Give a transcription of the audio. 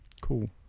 Cool